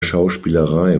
schauspielerei